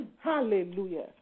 Hallelujah